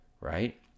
right